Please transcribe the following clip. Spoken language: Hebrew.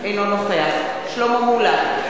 אינו נוכח שלמה מולה,